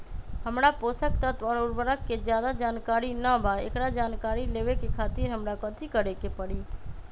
हमरा पोषक तत्व और उर्वरक के ज्यादा जानकारी ना बा एकरा जानकारी लेवे के खातिर हमरा कथी करे के पड़ी?